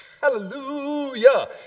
Hallelujah